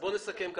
בואו נסכם.